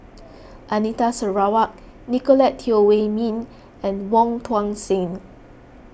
Anita Sarawak Nicolette Teo Wei Min and Wong Tuang Seng